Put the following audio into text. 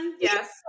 Yes